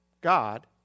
God